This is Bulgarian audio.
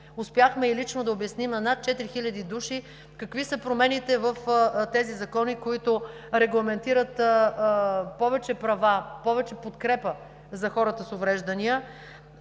Успяхме и лично да обясним на над четири хиляди души какви са промените в тези закони, които регламентират повече права, повече подкрепа за хората с увреждания.